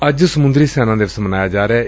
ਅੱਜ ਸਮੂੰਦਰੀ ਸੈਨਾ ਦਿਵਸ ਮਨਾਇਆ ਜਾ ਰਿਹੈ